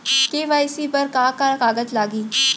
KYC बर का का कागज लागही?